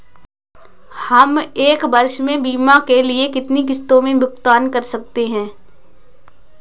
हम एक वर्ष में बीमा के लिए कितनी किश्तों में भुगतान कर सकते हैं?